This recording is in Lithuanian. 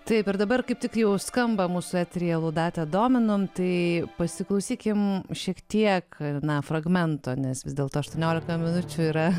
taip ir dabar kaip tik jau skamba mūsų eteryje laudate dominum tai pasiklausykime šiek tiek na fragmento nes vis dėlto aštuoniolika minučių yra